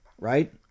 Right